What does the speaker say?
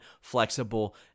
flexible